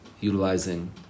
utilizing